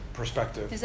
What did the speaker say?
perspective